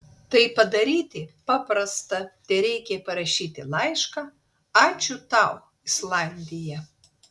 tai padaryti paprasta tereikia parašyti laišką ačiū tau islandija